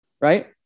right